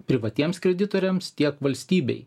privatiems kreditoriams tiek valstybei